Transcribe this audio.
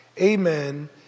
Amen